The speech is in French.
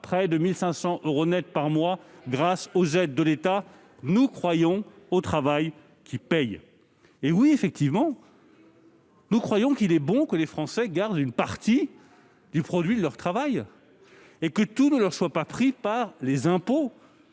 près de 1 500 euros net par mois grâce aux aides de l'État, car nous croyons au travail qui paie. Il est vrai, effectivement, qu'à nos yeux il est bon que les Français gardent une partie du produit de leur travail et que tout ne leur soit pas pris par les impôts.